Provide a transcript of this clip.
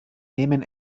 nehmen